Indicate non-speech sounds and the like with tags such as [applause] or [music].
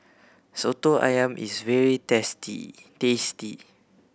Soto Ayam is very [unintelligible] tasty